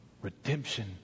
Redemption